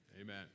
Amen